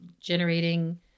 generating